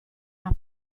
una